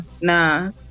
nah